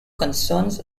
concerns